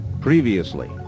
previously